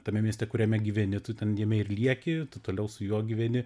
tame mieste kuriame gyveni tu ten gimei ir lieki tu toliau su juo gyveni